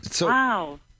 Wow